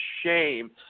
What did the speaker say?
shame